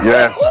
Yes